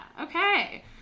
okay